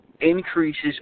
increases